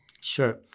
Sure